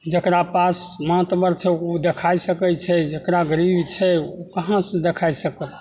जकरा पास मातवर छै ओ देखै सकै छै जकरा गरीब छै ओ कहाँसे देखै सकत